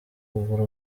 kugura